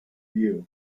view